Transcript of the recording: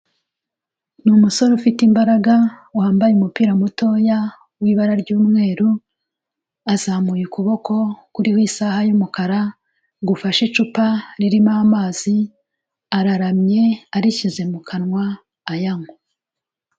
Ni umusore ufite imbaraga wambaye umupira mutoya w'ibara ry'umweru, azamuye ukuboko kuriho isaha y'umukara gufashe icupa ririmo amazi, araramye arishyize mu kanwa ayanywa